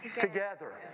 together